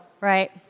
right